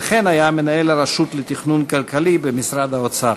וכן היה מנהל הרשות לתכנון כלכלי במשרד האוצר.